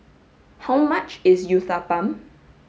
how much is Uthapam